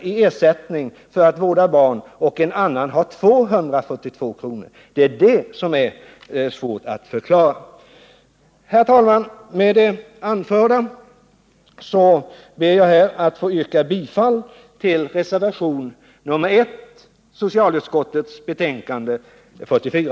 i ersättning för att vårda barn och en annan har 242 kr. Det är det som är svårt att förklara. Herr talman! Med det anförda ber jag att få yrka bifall till reservation nr 1 vid socialutskottets betänkande nr 44.